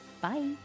bye